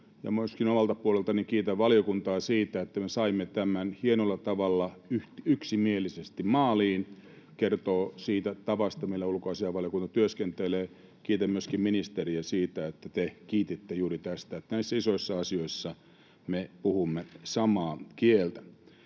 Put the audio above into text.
Myöskin omalta puoleltani kiitän valiokuntaa siitä, että me saimme tämän hienolla tavalla yksimielisesti maaliin — se kertoo siitä tavasta, millä ulkoasiainvaliokunta työskentelee. Kiitän myöskin ministeriä siitä, että te kiititte juuri tästä, että näissä isoissa asioissa me puhumme samaa kieltä.